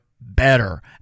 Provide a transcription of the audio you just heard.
better